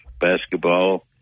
basketball